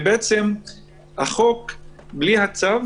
ובעצם החוק בלי הצו